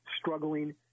struggling